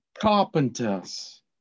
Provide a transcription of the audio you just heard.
carpenters